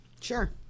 Sure